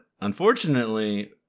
unfortunately